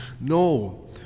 No